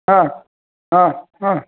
हा हा हा